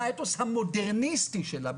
מה האתוס המודרניסטי שלה?